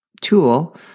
tool